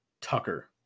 Tucker